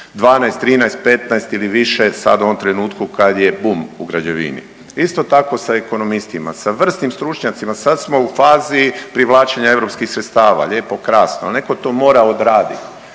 12, 13, 15 ili više sad u ovom trenutku kad je bum u građevini. Isto tako sa ekonomistima, sa vrsnim stručnjacima. Sad smo u fazi privlačenja europskih sredstava, lijepo krasno, ali neko to mora odraditi,